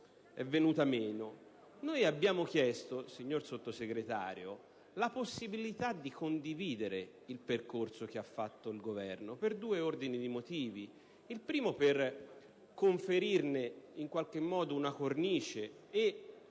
venuta meno, chiedendo, signor Sottosegretario, la possibilità di condividere il percorso che ha seguito il Governo per due ordini di motivi. In primo luogo, volevamo conferire in qualche modo una cornice e